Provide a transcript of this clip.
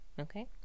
okay